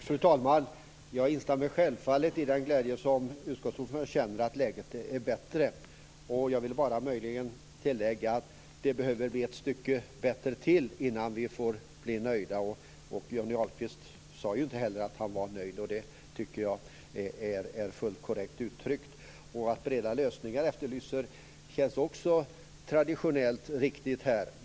Fru talman! Jag instämmer självfallet i den glädje som utskottsordföranden känner över att läget är bättre. Jag vill möjligen bara tillägga att det behöver bli ytterligare ett stycke bättre innan vi får bli nöjda. Johnny Ahlqvist sade ju inte heller att han var nöjd, och det tycker jag är fullt korrekt. Att breda lösningar efterlyses känns också traditionellt riktigt här.